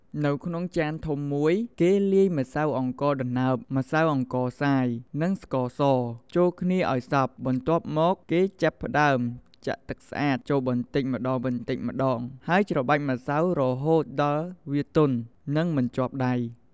នៅក្នុងចានធំមួយ គេលាយ ម្សៅអង្ករដំណើប ម្សៅអង្ករខ្សាយ និង ស្ករស ចូលគ្នាឲ្យសព្វ បន្ទាប់មក គេចាប់ផ្តើមចាក់ ទឹកស្អាត ចូលបន្តិចម្តងៗ ហើយច្របាច់ម្សៅរហូតដល់វាទន់ និងមិនជាប់ដៃ។